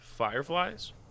Fireflies